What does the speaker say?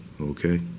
okay